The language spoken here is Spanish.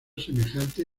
semejante